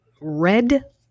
red